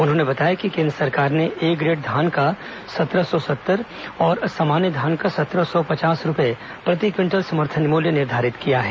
उन्होंने बताया कि केंद्र सरकार ने ए ग्रेड धान का सत्रह सौ सत्तर और सामान्य धान का सत्रह सौ पचास रूपये प्रति क्विंटल समर्थन मूल्य निर्धारित किया है